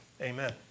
Amen